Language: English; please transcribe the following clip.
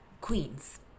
Queens